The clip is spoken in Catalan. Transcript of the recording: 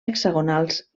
hexagonals